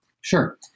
Sure